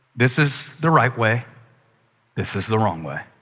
this is the right way this is the wrong way.